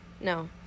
No